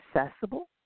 accessible